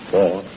Four